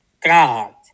god